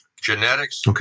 genetics